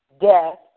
death